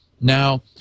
Now